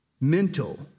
mental